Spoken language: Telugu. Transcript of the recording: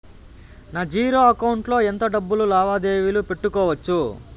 నా జీరో అకౌంట్ లో ఎంత డబ్బులు లావాదేవీలు పెట్టుకోవచ్చు?